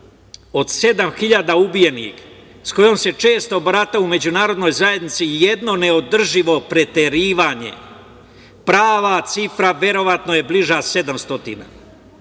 hiljada ubijenih sa kojom se često barata u međunarodnoj zajednici jedno neodrživo preterivanje. Prava cifra verovatno je bliža